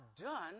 done